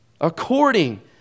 according